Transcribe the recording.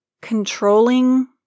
controlling